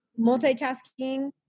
multitasking